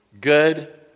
Good